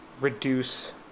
reduce